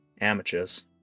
amateurs